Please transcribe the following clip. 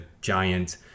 giant